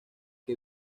que